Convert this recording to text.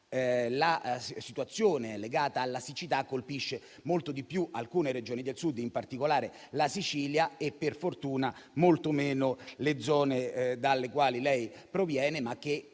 la situazione legata alla siccità colpisce molto di più alcune Regioni del Sud, in particolare la Sicilia, e per fortuna molto meno le zone dalle quali lei proviene,